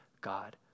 God